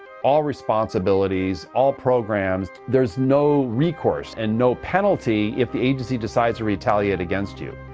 all responsibilities, all programs. there's no recourse, and no penalty if the agency decides to retaliate against you.